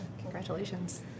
congratulations